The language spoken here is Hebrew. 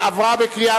התש"ע